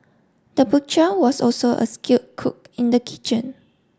the butcher was also a skilled cook in the kitchen